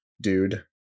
dude